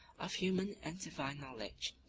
of human and divine knowledge,